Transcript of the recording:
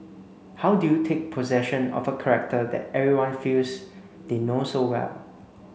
how do you take possession of a character that everyone feels they know so well